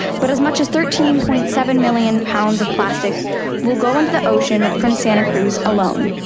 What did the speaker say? but as much as thirteen point seven million pounds of plastic will go into the ocean from santa cruz alone.